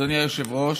אדוני היושב-ראש,